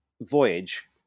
voyage